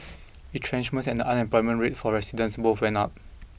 retrenchments and the unemployment rate for residents both went up